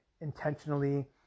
intentionally